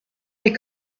des